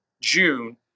June